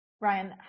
Ryan